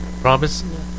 promise